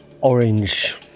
orange